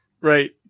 Right